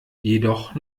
jedoch